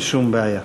אין שום בעיה.